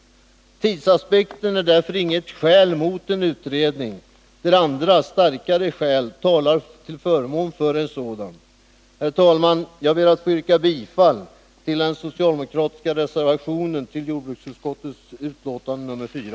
Tidsaspekten är därför inget skäl emot en utredning, när andra, starkare skäl talar till förmån för en sådan. Herr talman! Jag ber att få yrka bifall till den socialdemokratiska reservationen vid jordbruksutskottets betänkande nr 4.